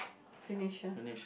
finish ah